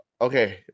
Okay